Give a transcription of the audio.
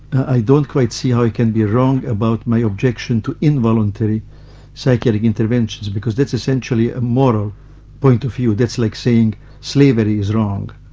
i don't quite see how can be wrong about my objection to involuntary psychiatric interventions because that's essentially a moral point of view. that's like saying slavery is wrong,